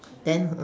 then